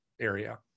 area